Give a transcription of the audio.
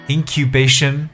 Incubation